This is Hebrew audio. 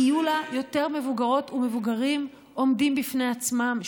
יהיו לה יותר מבוגרות ומבוגרים עומדים בפני עצמם,